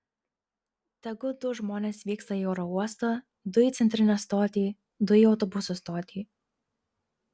tegu du žmonės vyksta į oro uostą du į centrinę stotį du į autobusų stotį